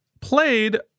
played